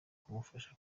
kumufasha